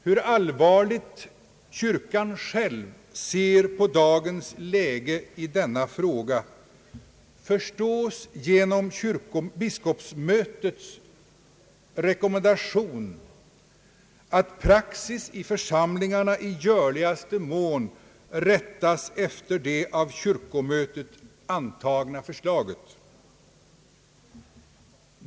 Hur allvarligt kyrkan själv ser på dagens läge i denna fråga framgår av biskopsmötets rekommendation att praxis i församlingarna i görligaste mån skall rättas efter det av kyrkomötet antagna förslaget.